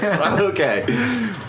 Okay